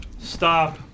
stop